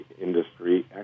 industry